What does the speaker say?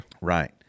Right